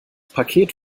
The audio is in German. paket